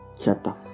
chapter